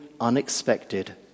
unexpected